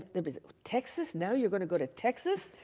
it was texas, now you're going to go to texas,